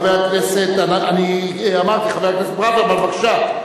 חבר הכנסת ברוורמן, בבקשה.